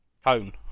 Cone